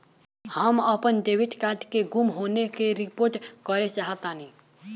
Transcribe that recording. हम अपन debit card के गुम होने की रिपोर्ट करे चाहतानी